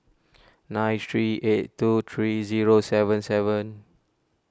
nine three eight two three zero seven seven